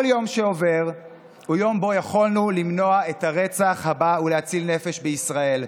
כל יום שעובר הוא יום שבו יכולנו למנוע את הרצח הבא ולהציל נפש בישראל.